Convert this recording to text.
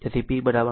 તેથી p vi